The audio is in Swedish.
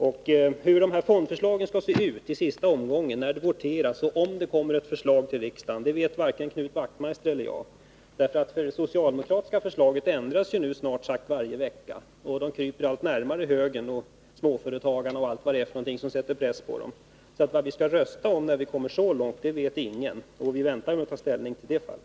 Om det kommer ett fondförslag till riksdagen och hur det i så fall ser ut i sista omgången när vi skall votera vet varken Knut Wachtmeister eller jag. Det socialdemokratiska förslaget ändras ju snart sagt varje vecka, och socialdemokraterna kryper allt närmare högern och småföretagarna och allt vad det är som sätter press på dem. Vad vi skall rösta om när vi kommer så långt vet alltså ingen, och vi väntar väl med att ta ställning tills vi ser förslaget.